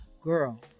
girl